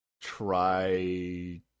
try